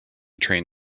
train